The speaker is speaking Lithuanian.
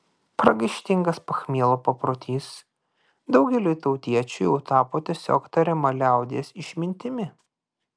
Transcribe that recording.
pragaištingas pachmielo paprotys daugeliui tautiečių jau tapo tiesiog tariama liaudies išmintimi